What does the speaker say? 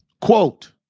Quote